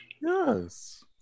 yes